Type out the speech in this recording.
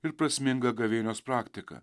ir prasminga gavėnios praktika